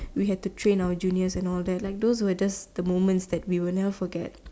we had to train our juniors and all that like those were just the moments that we will never forget